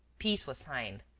peace was signed.